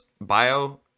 bio